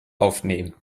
aufnehmen